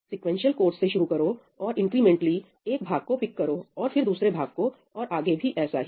sequential code से शुरू करोऔर इंक्रीमेंटली एक भाग को पिक करो और फिर दूसरे भाग को और आगे भी ऐसा ही